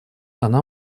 она